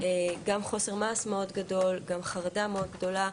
גם חוסר מעש מאוד גדול, גם חרדה מאוד גדולה,